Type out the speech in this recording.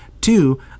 two